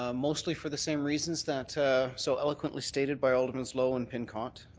ah mostly for the same reasons that so eloquently stated by aldermans lowe and pincott.